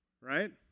right